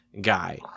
guy